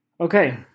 Okay